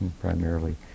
primarily